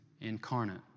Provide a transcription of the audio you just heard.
incarnate